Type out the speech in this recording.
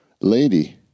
lady